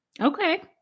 Okay